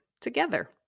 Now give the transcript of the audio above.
together